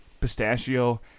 pistachio